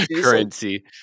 currency